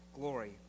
glory